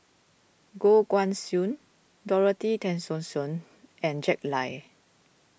Goh Guan Siew Dorothy Tessensohn and Jack Lai